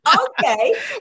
Okay